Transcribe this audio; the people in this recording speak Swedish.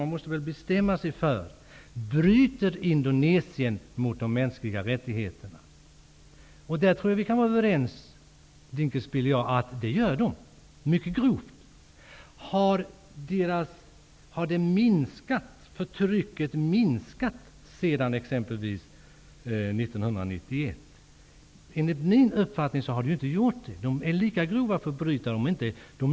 Man måste väl bestämma sig för om man tycker att Indonesien bryter mot de mänskliga rättigheterna eller inte. Jag tror att Ulf Dinkelspiel och jag kan vara överens om att Indonesien mycket grovt bryter mot de mänskliga rättigheterna. Man måste också undersöka om förtrycket har minskat sedan exempelvis 1991. Enligt min uppfattning har det inte gjort det. I Indonesien är man fortfarande lika grova förbrytare.